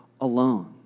alone